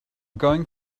going